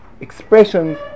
expressions